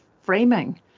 framing